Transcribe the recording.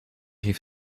heeft